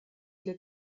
для